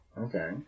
Okay